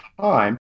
time